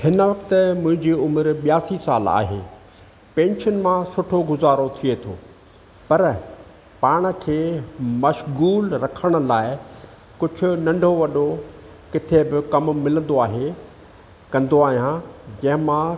हिन वक़्तु मुंहिंजी उमिरि ॿियासी साल आहे पेंशन मां सुठो गुज़ारो थिए थो पर पाण खे मश्ग़ूलु रखण लाइ कुझु नंढो वॾो किथे बि कमु मिलंदो आहे कंदो आहियां जंहिं मां